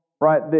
right